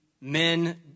men